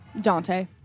Dante